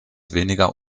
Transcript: weniger